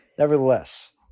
Nevertheless